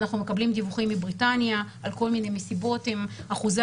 אנחנו מקבלים דיווחים מבריטניה על כל מיני מסיבות עם אחוזי